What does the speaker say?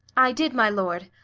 i did, my lord,